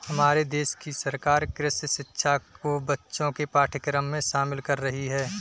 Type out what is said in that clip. हमारे देश की सरकार कृषि शिक्षा को बच्चों के पाठ्यक्रम में शामिल कर रही है